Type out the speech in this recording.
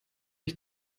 ich